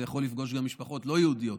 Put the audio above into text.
זה יכול לפגוש גם משפחות לא יהודיות,